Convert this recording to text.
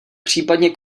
případně